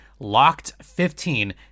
LOCKED15